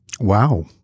Wow